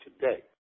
today